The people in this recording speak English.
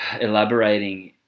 elaborating